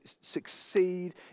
succeed